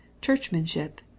churchmanship